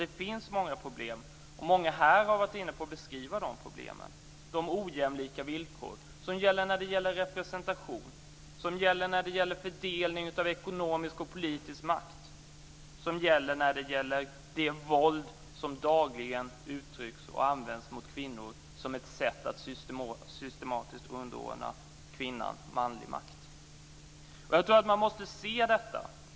Det finns många problem, och många här har varit inne på att beskriva dem Det gäller de ojämlika villkoren i representation, i fördelning av ekonomisk och politisk makt och i det våld som dagligen uttrycks och används mot kvinnor som ett sätt att systematiskt underordna kvinnan manlig makt. Jag tror att man måste se detta.